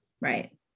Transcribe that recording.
Right